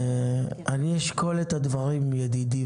עין תות לפי סעיף 3(ג) לחוק כביש אגרה (כביש ארצי לישראל),